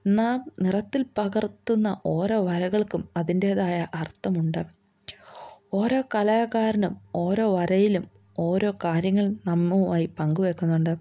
നാം നിറത്തിൽ പകർത്തുന്ന ഓരോ വരകൾക്കും അതിൻ്റേതായ അർത്ഥമുണ്ട് ഓരോ കലാകാരനും ഓരോ വരയിലും ഓരോ കാര്യങ്ങൾ നമ്മളുമായി പങ്കുവെക്കുന്നുണ്ട്